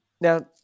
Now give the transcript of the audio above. Now